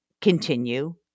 continue